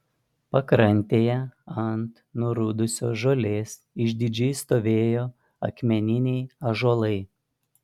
pakrantėje ant nurudusios žolės išdidžiai stovėjo akmeniniai ąžuolai